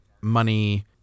money